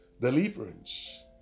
deliverance